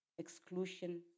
exclusion